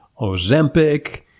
Ozempic